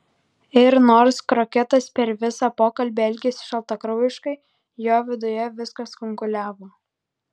ir nors kroketas per visą pokalbį elgėsi šaltakraujiškai jo viduje viskas kunkuliavo